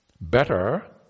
Better